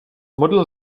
modlil